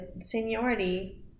seniority